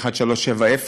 נדמה לי 1370,